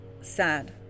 sad